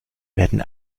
werden